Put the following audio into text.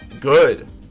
Good